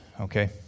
okay